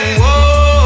whoa